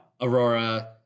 Aurora